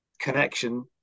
connection